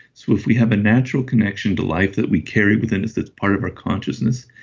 so if we have a natural connection to life that we carry within us that's part of our consciousness,